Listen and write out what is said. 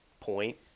point